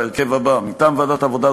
בהרכב הבא: מטעם ועדת העבודה,